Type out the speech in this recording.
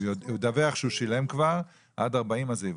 הוא ידווח שהוא שילם כבר עד 40, אז זה יבוטל.